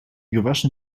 gewaschen